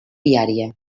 viària